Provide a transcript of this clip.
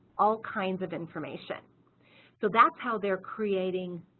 all kinds of information so that's how they're creating